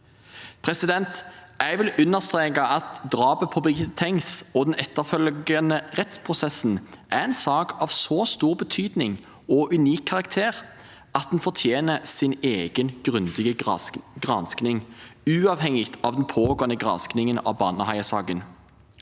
begått. Jeg vil understreke at drapet på Birgitte Tengs og den etterfølgende rettsprosessen er en sak av så stor betydning og unik karakter at den fortjener sin egen grundige gransking, uavhengig av den pågående granskingen av Baneheia-saken.